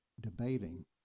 debating